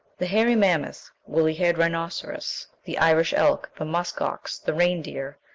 the hairy mammoth, woolly-haired rhinoceros, the irish elk, the musk-ox, the reindeer,